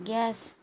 gas